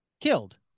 killed